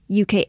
UK